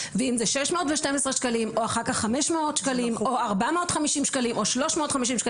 ואם זה 612 ש"ח, או אחר כך 500 או 450 או 350 ש"ח.